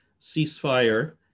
ceasefire